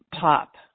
pop